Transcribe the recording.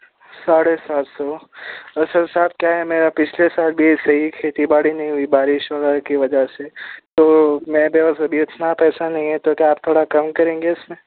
ساڑھے سات سو اور سر سات کیا ہے میرا پچھلے سال بھی صحیح کھیتی باڑی نہیں ہوئی بارش وغیرہ کی وجہ سے تو میرے اور اب اتنا پیسہ نہیں ہے تو کیا آپ تھوڑا کم کریں گے اس میں